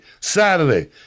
Saturday